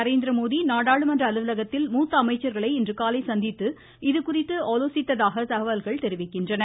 நரேந்திரமோடி நாடாளுமன்ற அலுவலகத்தில் மூத்த அமைச்சர்களை இன்றுகாலை சந்தித்து இதுகுறித்து ஆலோசித்ததாக தகவல்கள் தெரிவிக்கின்றன